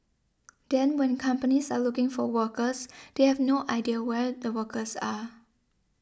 then when companies are looking for workers they have no idea where the workers are